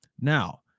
Now